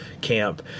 camp